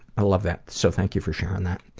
i love that, so thank you for sharing that,